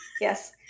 yes